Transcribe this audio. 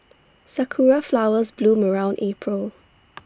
Sakura Flowers bloom around April